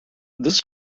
this